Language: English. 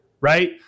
right